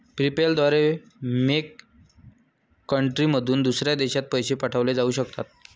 PayPal द्वारे मेक कंट्रीमधून दुसऱ्या देशात पैसे पाठवले जाऊ शकतात